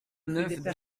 neuf